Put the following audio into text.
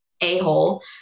a-hole